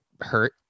hurt